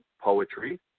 poetry